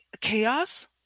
chaos